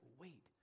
wait